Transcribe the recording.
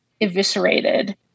eviscerated